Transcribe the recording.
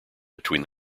between